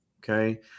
Okay